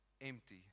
empty